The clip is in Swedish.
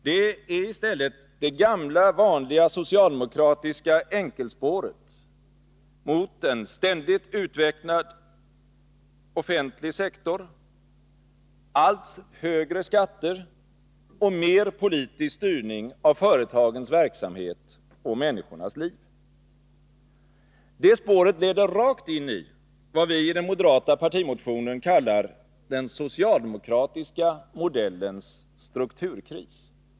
Det är i stället det gamla vanliga socialdemokratiska enkelspåret mot en ständigt utvidgad offentlig sektor, allt högre skatter och mer politisk styrning av företagens verksamhet och människornas liv. Det spåret leder rakt in i vad vi i den moderata partimotionen kallar den socialdemokratiska modellens strukturkris.